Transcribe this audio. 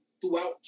throughout